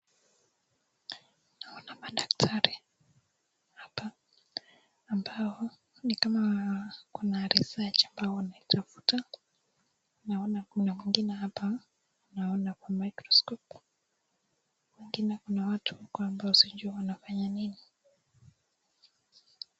Naona madaktari ambao ni kama kuna [research] ambao wanaitafuta. Naona kuna mwingine hapa anaona kwa [microscope] wengine kuna watu ambao sijui wanafanya nini